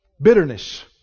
bitterness